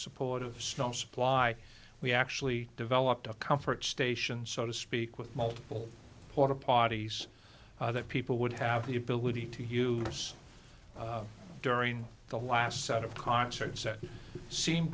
support of strong supply we actually developed a comfort station so to speak with multiple porta potties that people would have the ability to use during the last set of concerts that seem